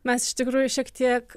mes iš tikrųjų šiek tiek